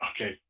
okay